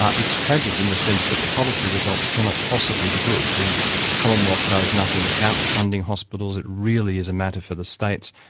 ah it's tragic in the sense that the policy results cannot possibly be good. the commonwealth knows nothing about funding hospitals, it really is a matter for the states.